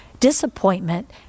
Disappointment